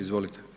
Izvolite.